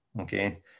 okay